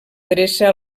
dreça